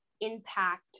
impact